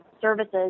services